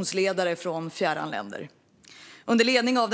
länders oppositionsledare.